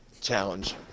challenge